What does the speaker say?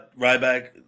Ryback